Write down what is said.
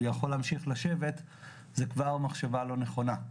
יכול להמשיך לשבת זו כבר מחשבה לא נכונה.